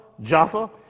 Jaffa